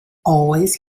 always